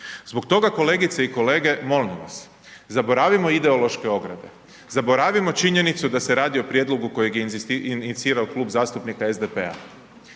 zbog toga kolegice i kolege, molim vas, zaboravimo ideološke ograde, zaboravimo činjenicu da se radi o prijedlogu kojeg je inicirao Klub zastupnika SDP-a,